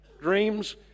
Dreams